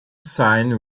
signed